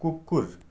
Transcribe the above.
कुकुर